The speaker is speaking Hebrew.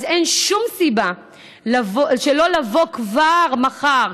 אז אין שום סיבה שלא לבוא כבר מחר,